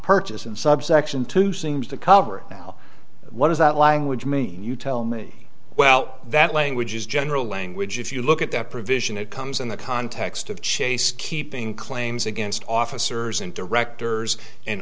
purchase in subsection two seems to cover now what does that language mean you tell me well that language is general language if you look at that provision it comes in the context of chase keeping claims against officers and directors and